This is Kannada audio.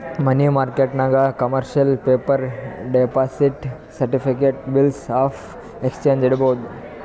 ಮನಿ ಮಾರ್ಕೆಟ್ನಾಗ್ commercial paper, deposit certificate, bills of exchange ಇಡ್ಬೋದ್